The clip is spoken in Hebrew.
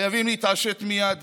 חייבים להתעשת מייד